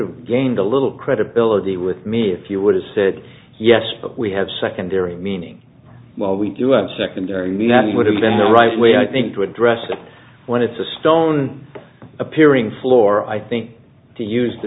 have gained a little credibility with me if you would have said yes but we have secondary meaning well we do have secondary meaning would have been the right way i think to address them when it's a stone appearing floor i think to use the